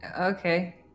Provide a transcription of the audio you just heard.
Okay